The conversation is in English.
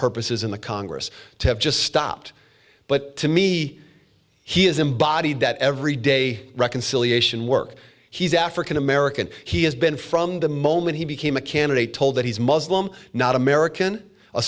purposes in the congress to have just stopped but to me he has embodied that every day reconciliation work he's african american he has been from the moment he became a candidate told that he's muslim not american a